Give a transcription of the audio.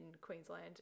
Queensland